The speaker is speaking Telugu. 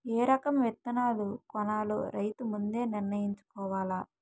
ఏ రకం విత్తనాలు కొనాలో రైతు ముందే నిర్ణయించుకోవాల